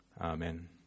Amen